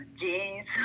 jeans